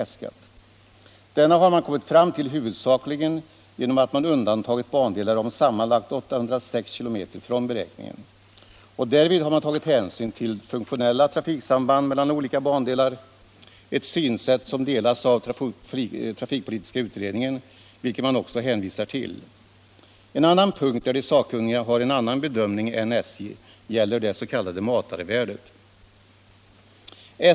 Denna summa har man kommit fram till huvudsakligen genom att man undantagit bandelar om sammanlagt 806 km från beräkningen. Därvid har man tagit hänsyn till funktionella trafiksamband mellan olika bandelar — ett synsätt som delas av trafikpolitiska utredningen, vilken man också hänvisar till. En annan punkt där de sakkunniga har en annan bedömning än SJ gäller det s.k. matarvärdet.